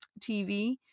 TV